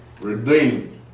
redeemed